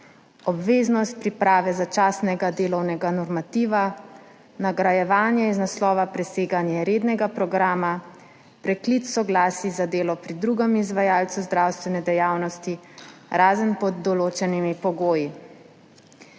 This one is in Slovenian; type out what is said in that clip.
obveznost priprave začasnega delovnega normativa, nagrajevanje iz naslova preseganja rednega programa, preklic soglasij za delo pri drugem izvajalcu zdravstvene dejavnosti, razen pod določenimi pogoji.